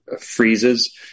freezes